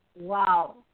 Wow